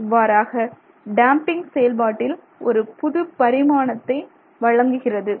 இவ்வாறாக டேம்பிங் செயல்பாட்டில் ஒரு புது பரிமாணத்தை வழங்குகிறது